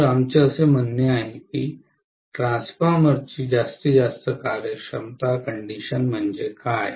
तर आमचे असे म्हणणे आहे की ट्रान्सफॉर्मरची जास्तीत जास्त कार्यक्षमता कंडिशन म्हणजे काय